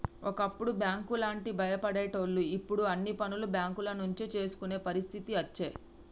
ఒకప్పుడు బ్యాంకు లంటే భయపడేటోళ్లు ఇప్పుడు అన్ని పనులు బేంకుల నుంచే చేసుకునే పరిస్థితి అచ్చే